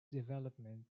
development